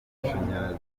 amashanyarazi